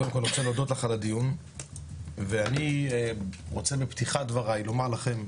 קודם כל אני רוצה להודות לך על הדיון ואני רוצה בפתיחת דברי לומר לכם,